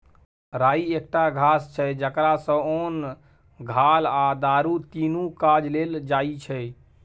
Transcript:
राइ एकटा घास छै जकरा सँ ओन, घाल आ दारु तीनु काज लेल जाइ छै